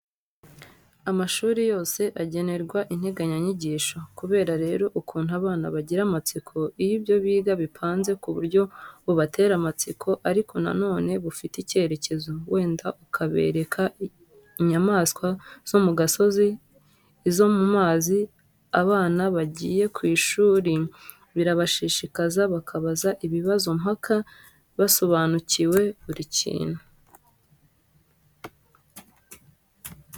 Amashuri yose agenerwa integanyanyigisho, kubera rero ukuntu abana bagira amatsiko, iyo ibyo biga bipanze mu buryo bubatera amatsiko ariko na none bufite icyerekezo, wenda ukabereka inyamaswa zo mu gasozi, izo mu mazi, abana bagiye ku ishuri, birabashishikaza, bakabaza ibibazo mpaka basobanukiwe buri kintu.